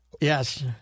yes